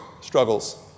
struggles